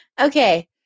Okay